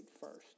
first